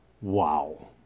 wow